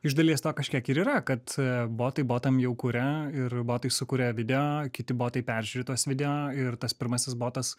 iš dalies to kažkiek ir yra kad botai botam jau kuria ir botai sukuria video kiti botai peržiūri tuos video ir tas pirmasis botas